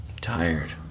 Tired